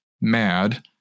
mad